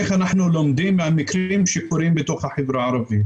איך אנחנו לומדים מהמקרים שקורים בתוך החברה הערבית.